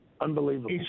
Unbelievable